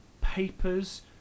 papers